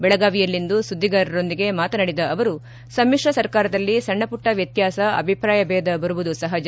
ಬೆಳಗಾವಿಯಲ್ಲಿಂದು ಸುದ್ದಿಗಾರರೊಂದಿಗೆ ಮಾತನಾದಿದ ಅವರು ಸಮ್ಮಿಶ್ರ ಸರ್ಕಾರದಲ್ಲಿ ಸಣ್ಣ ಪುಟ್ಟ ವ್ಯತ್ಯಾಸ ಅಭಿಪ್ರಾಯ ಭೇದ ಬರುವುದು ಸಹಜ